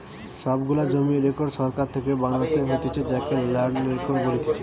সব গুলা জমির রেকর্ড সরকার থেকে বানাতে হতিছে যাকে ল্যান্ড রেকর্ড বলতিছে